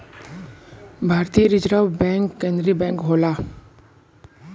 भारतीय reserve bank केन्द्रीय bank होला